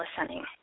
listening